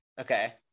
Okay